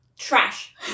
Trash